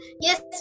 yes